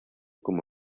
como